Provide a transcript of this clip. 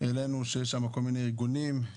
העלינו שיש שם כל מיני ארגונים,